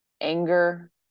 Anger